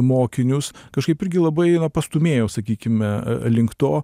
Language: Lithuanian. mokinius kažkaip irgi labai na pastūmėjo sakykime link to